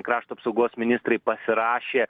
krašto apsaugos ministrai pasirašė